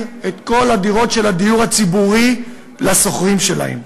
את כל הדירות של הדיור הציבורי לשוכרים שלהן.